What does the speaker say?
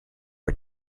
are